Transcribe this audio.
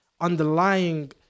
underlying